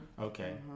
Okay